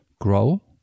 grow